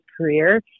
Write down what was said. career